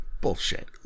bullshit